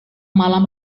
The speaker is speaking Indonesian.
malam